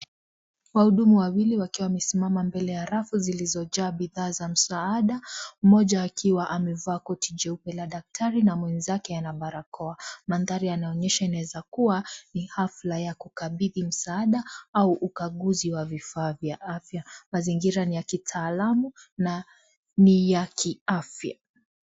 Wahudumu wawii wakiwa wamesimama kwenye rafu zilizojaa bidhaa za masaada mmoja akiwa amevaa koti jeupe la daktari na mwenzake ana barakoa. Mandhari yaonesha inaweza kuwa ni hafla ya kukabidhi msaada au ukaguzi wa vifaa vya afya. Mazingira ni ya kitaalam na ni ya kiafya.